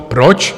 Proč?